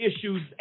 issues